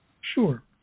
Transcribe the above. Sure